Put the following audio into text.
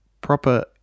proper